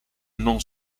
non